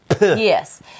Yes